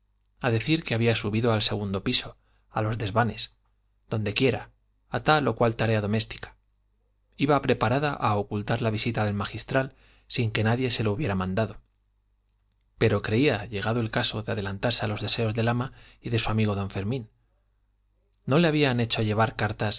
a decir que había subido al segundo piso a los desvanes donde quiera a tal o cual tarea doméstica iba preparada a ocultar la visita del magistral sin que nadie se lo hubiera mandado pero creía llegado el caso de adelantarse a los deseos del ama y de su amigo don fermín no le habían hecho llevar cartas